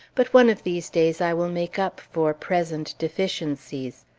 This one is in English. but one of these days, i will make up for present deficiencies.